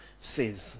says